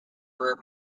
were